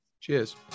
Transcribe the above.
Cheers